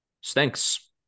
Stinks